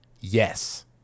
Yes